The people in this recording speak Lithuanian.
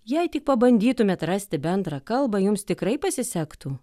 jei tik pabandytumėt rasti bendrą kalbą jums tikrai pasisektų